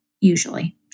usually